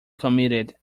committed